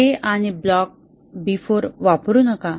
A आणि block B4 वापरू नका